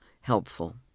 helpful